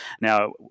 Now